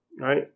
right